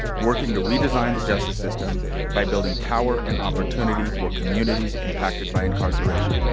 working to redesign the justice system by building power and opportunity for communities impacted by incarceration